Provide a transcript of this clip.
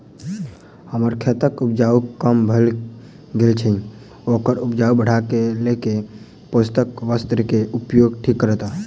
हम्मर खेतक उपज कम भऽ गेल अछि ओकर उपज बढ़ेबाक लेल केँ पोसक तत्व केँ उपयोग ठीक रहत?